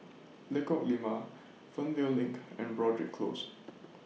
Lengkok Lima Fernvale LINK and Broadrick Close